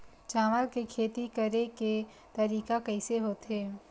चावल के खेती करेके तरीका कइसे होथे?